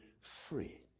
free